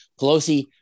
Pelosi